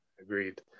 Agreed